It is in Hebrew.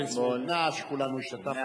ודאי, שכולנו השתתפנו אתמול.